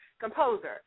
composer